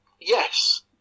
Yes